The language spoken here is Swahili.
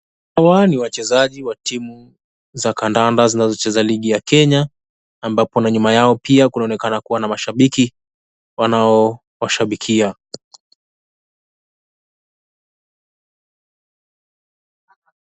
Hawa ni wachezaji wa timu za kandanda zinazocheza ligi ya Kenya, ambapo nyuma yao pia kunaonekana kuwa na mashabiki wanaowashabikia.